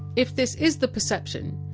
if this is the perception,